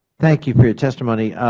thank you for your testimony.